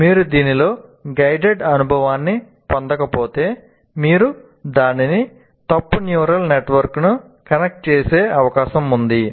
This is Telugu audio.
మీరు దీనిలో గైడెడ్ అనుభవాన్ని పొందకపోతే మీరు దానిని తప్పు న్యూరల్ నెట్వర్క్కు కనెక్ట్ చేసే అవకాశం ఉంది